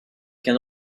can